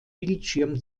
bildschirm